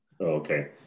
Okay